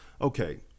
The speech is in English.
Okay